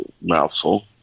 mouthful